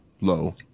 low